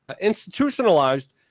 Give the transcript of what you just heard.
institutionalized